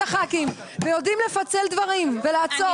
הח"כים, ויודעים לפצל דברים ולעצור.